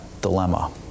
dilemma